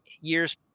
years –